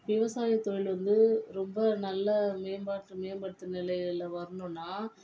விவசாயத்தொழில் வந்து ரொம்ப நல்ல மேம்பாட்டு மேம்பட்ட நிலைகள்ல வரணும்னா